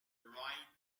right